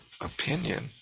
opinion